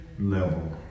level